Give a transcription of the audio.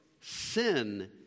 sin